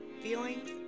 feelings